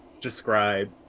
describe